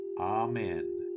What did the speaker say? Amen